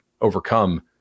overcome